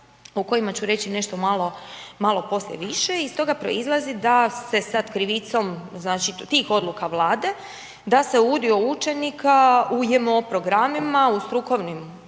o kojima ću reći nešto malo poslije više i stoga proizlazi da se sada krivicom tih odluka Vlade, da se udio učenika u JMO programima u strukovnim programima